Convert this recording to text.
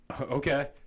Okay